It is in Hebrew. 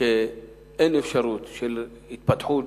כשאין אפשרות להתפתחות,